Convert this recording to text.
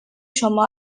شما